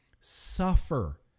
suffer